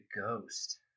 ghost